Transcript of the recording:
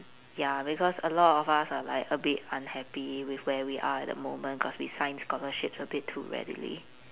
ya because a lot of us are like a bit unhappy with where we are at the moment cause we signed scholarships a bit too readily